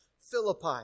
Philippi